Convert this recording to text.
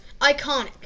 iconic